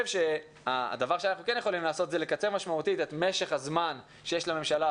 אנחנו כן יכולים לקצר משמעותית את משך הזמן שיש לממשלה